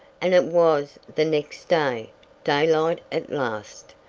and it was the next day daylight at last!